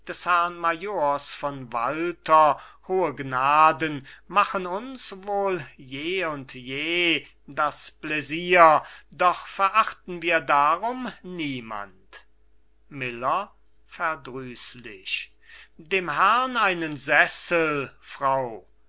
von walter hohe gnaden machen uns wohl je und je das bläsier doch verachten wir darum niemand miller verdrießlich dem herrn einen sessel frau